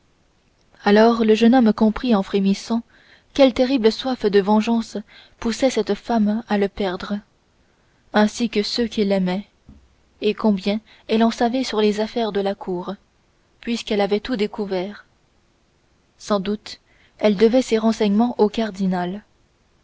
alors le jeune homme comprit en frémissant quelle terrible soif de vengeance poussait cette femme à le perdre ainsi que ceux qui l'aimaient et combien elle en savait sur les affaires de la cour puisqu'elle avait tout découvert sans doute elle devait ces renseignements au cardinal